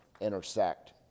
intersect